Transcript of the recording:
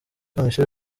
komisiyo